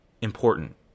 important